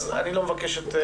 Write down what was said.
אז אני לא מבקשת'.